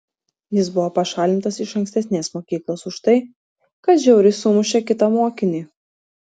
jis buvo pašalintas iš ankstesnės mokyklos už tai kad žiauriai sumušė kitą mokinį